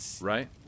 Right